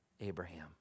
Abraham